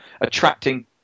attracting